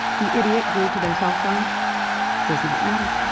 the idiot glued to their cell phone does not matter,